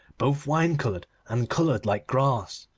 both wine-coloured and coloured like grass.